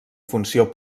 funció